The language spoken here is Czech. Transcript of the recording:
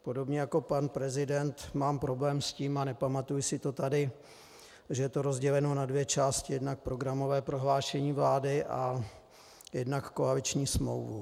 Podobně jako pan prezident mám problém s tím, a nepamatuji to tady, že je to rozděleno na dvě části: jednak programové prohlášení vlády a jednak koaliční smlouvu.